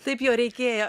taip jo reikėjo